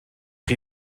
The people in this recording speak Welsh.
chi